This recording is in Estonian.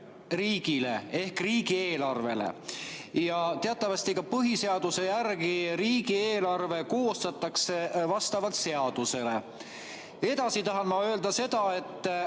riigile ehk riigieelarvele ja teatavasti ka põhiseaduse järgi riigieelarve koostatakse vastavalt seadusele. Edasi tahan ma öelda seda, et